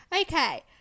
Okay